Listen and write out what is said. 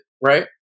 right